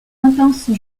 intenses